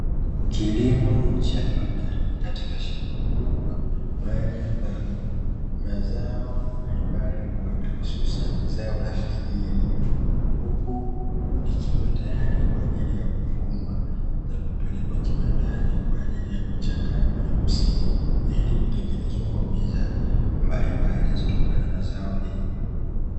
Kilimo cha viwandani katika shamba kubwa mahali ambapo mazao mbalimbali hususanini zao la fijiri huku likiwa tayari kwa ajili ya kuvunwa na kupelekwa kiwandani kwa ajili ya kuchakatwa na kusindika ili kutengeneza kwa bidhaa mbalimbali zinazotokana na zao hilo.